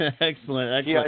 Excellent